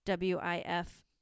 WIF